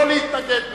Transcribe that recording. לא להתנגד לו.